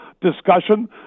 discussion